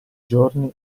giorni